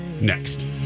next